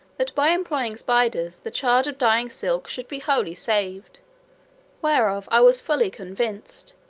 that by employing spiders, the charge of dyeing silks should be wholly saved whereof i was fully convinced,